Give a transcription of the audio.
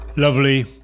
Lovely